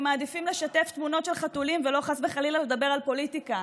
הם מעדיפים לשתף תמונות של חתולים ולא חס וחלילה לדבר על פוליטיקה,